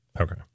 Okay